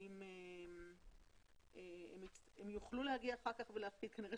האם הם יוכלו להגיע אחר כך ולהפקיד כנראה